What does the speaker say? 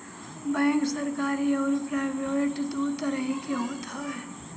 bank सरकरी अउरी private दू तरही के होत हवे